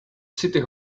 city